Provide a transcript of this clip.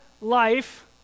life